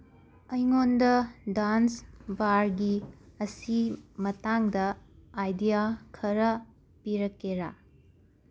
ꯑꯩꯉꯣꯟꯗ ꯗꯥꯟꯁ ꯕꯥꯔꯒꯤ ꯑꯁꯤ ꯃꯇꯥꯡꯗ ꯑꯥꯏꯗꯤꯌꯥ ꯈꯔ ꯄꯤꯔꯛꯀꯦꯔꯥ